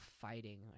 fighting